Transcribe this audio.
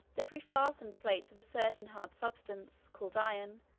that we fastened plates of a certain hard substance, called iron,